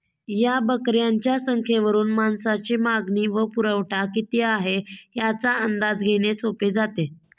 या बकऱ्यांच्या संख्येवरून मांसाची मागणी व पुरवठा किती आहे, याचा अंदाज घेणे सोपे जाते